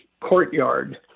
courtyard